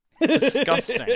Disgusting